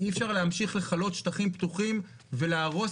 אי אפשר להמשיך לכלות שטחים פתוחים ולהרוס